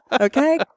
Okay